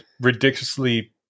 ridiculously